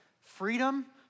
freedom